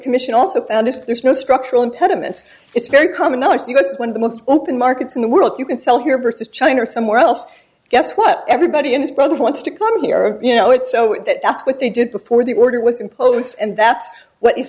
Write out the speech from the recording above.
commission also found is there's no structural impediments it's very common knowledge he was one of the most open markets in the world you can sell here versus china or somewhere else guess what everybody in his brother wants to come here or you know it so that that's what they did before the order was imposed and that's what i